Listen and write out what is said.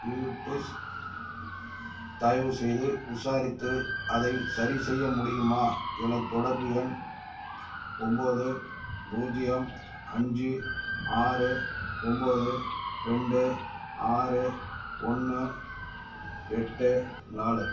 US தயவுசெய்து விசாரித்து அதை சரிசெய்ய முடியுமா எனது தொடர்பு எண் ஒம்போது பூஜ்ஜியம் அஞ்சு ஆறு ஒம்போது ரெண்டு ஆறு ஒன்று எட்டு நாலு